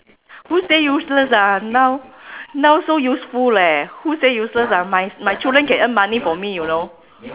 who say useless ah now now so useful leh who say useless ah my my children can earn money for me you know